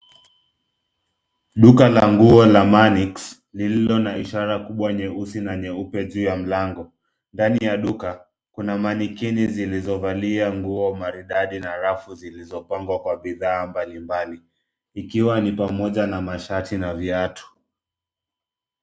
Duka la nguo la Manix lililo na ishara kubwa nyeusi na nyeupe juu ya mlango. Ndani ya duka kuna manikini zilizovalia nguo maridadi na rafu zilizopangwa kwa bidhaa mbalimbali, ikiwa ni pamoja na mashati na viatu.